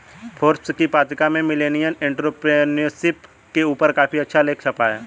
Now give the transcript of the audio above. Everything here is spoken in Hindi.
फोर्ब्स की पत्रिका में मिलेनियल एंटेरप्रेन्योरशिप के ऊपर काफी अच्छा लेख छपा है